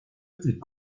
est